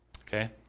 Okay